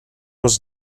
was